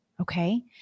okay